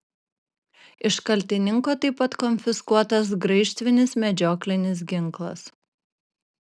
iš kaltininko taip pat konfiskuotas graižtvinis medžioklinis ginklas